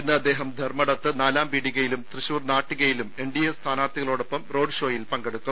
ഇന്ന് അദ്ദേഹം ധർമ്മടത്ത് നാലാംപീടികയിലും തൃശൂർ നാട്ടികയിലും എൻഡിഎ സ്ഥാനാർത്ഥികളോടൊപ്പം റോഡ് ഷോയിൽ പങ്കെടുക്കും